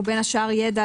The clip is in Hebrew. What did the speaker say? ובין השאר ידע,